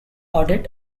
audit